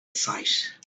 sight